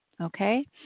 Okay